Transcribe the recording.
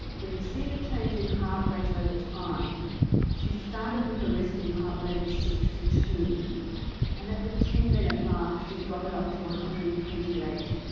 where you see the change in heart rate over time she started with the resting heart rate of sixty two and at the ten minute mark she's gotten up to and twenty eight,